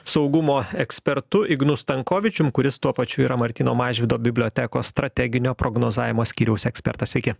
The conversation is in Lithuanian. saugumo ekspertu ignu stankovičium kuris tuo pačiu yra martyno mažvydo bibliotekos strateginio prognozavimo skyriaus ekspertas sveiki